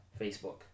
Facebook